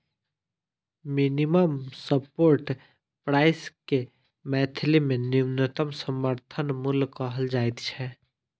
minimum support price के मैथिली मे न्यूनतम समर्थन मूल्य कहल जाइत छै